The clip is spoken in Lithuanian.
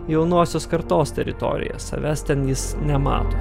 jaunosios kartos teritorija savęs ten jis nemato